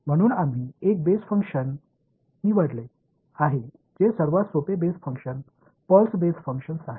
म्हणून आम्ही एक बेस फंक्शन निवडले आहे जे सर्वात सोपे base function pulse base functions आहेत